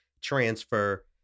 transfer